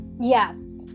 yes